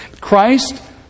Christ